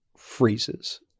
freezes